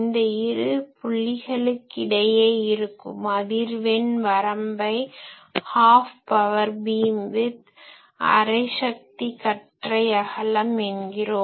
இந்த இரு புள்ளிகளுக்கிடையே இருக்கும் அதிர்வெண் வரம்பை half power beam width half power beam width அரை சக்தி கற்றை அகலம் என்கிறோம்